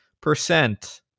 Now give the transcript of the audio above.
percent